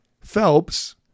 Phelps